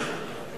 את